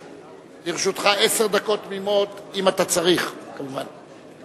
לרשותך עשר דקות תמימות, אם אתה צריך, כמובן.